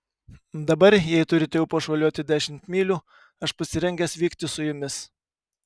dabar jei turite ūpo šuoliuoti dešimt mylių aš pasirengęs vykti su jumis